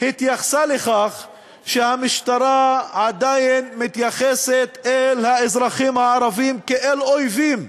התייחסה לכך שהמשטרה עדיין מתייחסת אל האזרחים הערבים כאל אויבים,